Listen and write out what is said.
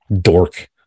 dork